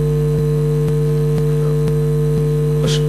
אדוני היושב-ראש,